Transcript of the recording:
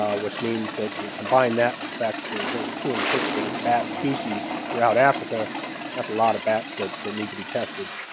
um which means that you could combine that with the fact that there's over two hundred and and fifty different bat species throughout africa, that's a lot of bats that that need to be tested,